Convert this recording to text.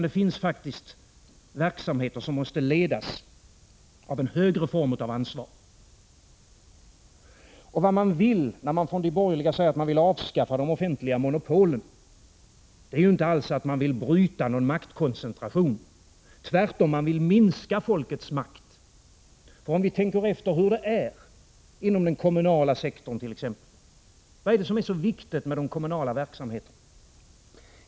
Det finns faktiskt verksamheter som måste skötas på grundval av en högre form av ansvar. När de borgerliga säger att de vill avskaffa de offentliga monopolen är att märka att de borgerliga ju inte alls vill bryta någon maktkoncentration. Tvärtom vill de borgerliga minska folkets makt. Låt oss tänka efter hur det förhåller sig inom t.ex. den kommunala sektorn. Vad är det som är så viktigt med de kommunala verksamheterna?